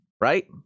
Right